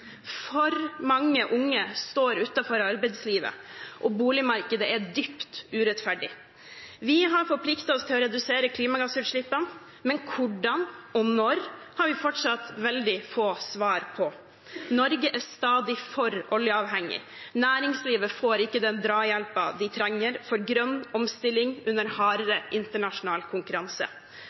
for mange unge står utenfor arbeidslivet, og boligmarkedet er dypt urettferdig. Vi har forpliktet oss til å redusere klimagassutslippene, men hvordan, og når, har vi fortsatt veldig få svar på. Norge er stadig for oljeavhengig. Næringslivet får ikke den drahjelpen de trenger for grønn omstilling under hardere internasjonal konkurranse.